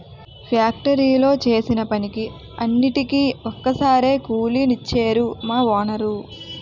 ఫ్యాక్టరీలో చేసిన పనికి అన్నిటికీ ఒక్కసారే కూలి నిచ్చేరు మా వోనరు